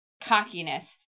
cockiness